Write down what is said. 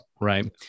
Right